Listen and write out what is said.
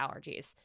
allergies